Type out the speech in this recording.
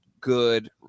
good –